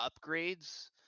upgrades